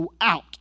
out